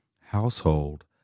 household